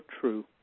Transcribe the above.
true